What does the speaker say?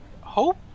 hope